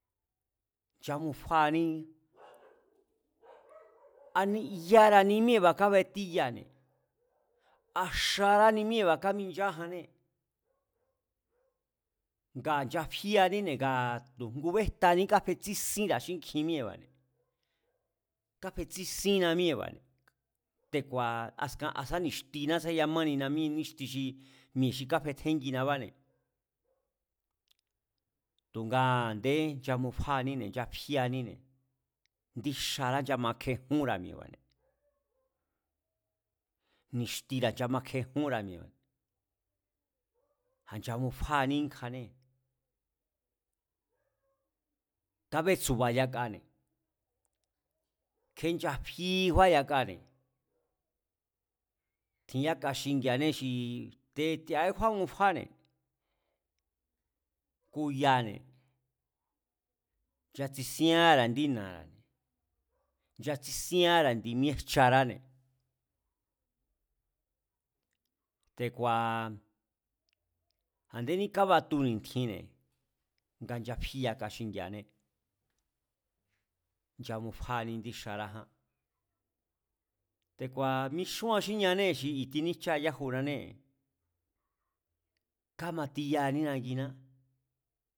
Nchamufáaní aníyara̱ ni míée̱ba̱ kábetíyane̱, a xaráni míée̱ba̱ kamincha ájaanné, ngaa̱ nchafíne̱, ngaa̱ tu̱ ngubéjtaní kafetsísínra̱ xínkjin míée̱ba̱ne̱, káfetsísínna míée-ba̱ne̱, te̱ku̱a̱ askan sá ni̱stiná sá ya mániná míe ndi níxti mi̱e̱ xi káfetjénginabáne̱, tu̱nga a̱ndé nchamufaaní nchafíaníne̱, ndí xará nchamakjejúnra̱ mi̱e̱ba̱ne̱, ni̱xtira̱ nchamakjejúnra̱ mi̱e̱ba̱ne̱, a̱ nchamufáaní íinkjanée̱, kabétsu̱ba̱ yakane̱ kjé nchafííkjúán yakane̱. Tjin yáka xingi̱a̱anée̱ xii te̱ti̱a̱íkjúán mufáni, kuyane̱, nchatsisíanra̱ indí na̱ara̱ne̱, nchatsisíanra̱ indi míejcharáne̱, te̱ku̱a̱, a̱ndéní kabatu ni̱tjinne̱, nga nchafí yaka xingi̱a̱né, nchamufaaní indi xaráján, te̱ku̱a̱ mixúan xíñanée̱ xi i̱ tiníjcháña yajunanée̱, kámatiyaaní nanginá